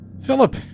Philip